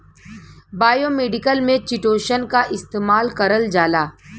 biomedical में chitosan क इस्तेमाल करल जाला